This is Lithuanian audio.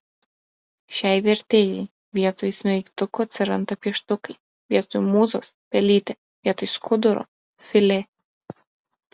šiai vertėjai vietoj smeigtukų atsiranda pieštukai vietoj mūzos pelytė vietoj skuduro filė